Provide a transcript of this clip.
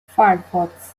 firefox